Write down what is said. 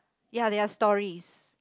ya they are stories